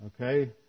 Okay